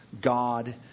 God